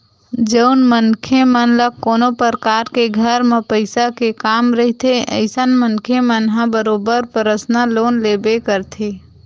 जउन मनखे मन ल कोनो परकार के घर म पइसा के काम रहिथे अइसन मनखे मन ह बरोबर परसनल लोन लेबे करथे